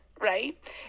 right